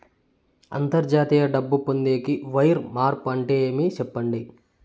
అంతర్జాతీయ డబ్బు పొందేకి, వైర్ మార్పు అంటే ఏమి? సెప్పండి?